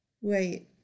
Wait